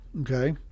Okay